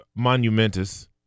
monumentous